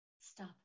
Stop